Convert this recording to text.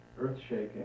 earth-shaking